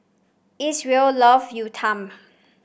Isreal love Uthapam